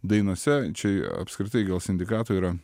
dainose čia apskritai gal sindikatų yra